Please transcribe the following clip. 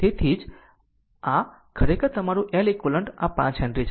તેથી તેથી જ અને આ ખરેખર તમારું L eq આ 5 હેનરી છે